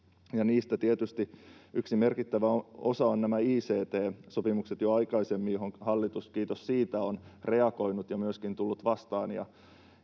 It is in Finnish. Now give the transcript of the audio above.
niistä tietysti yksi merkittävä osa on ict-sopimukset jo aikaisemmin, mihin hallitus, kiitos siitä, on reagoinut ja myöskin tullut vastaan